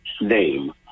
name